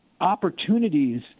opportunities